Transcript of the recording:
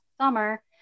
summer